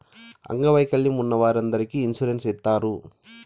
అంగవైకల్యం ఉన్న వారందరికీ ఇన్సూరెన్స్ ఇత్తారు